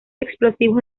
explosivos